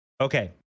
Okay